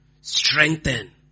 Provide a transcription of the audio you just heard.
Strengthen